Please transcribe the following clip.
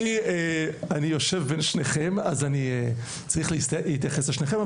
אני יושב בין שניכם ואני צריך להתייחס לשניכם.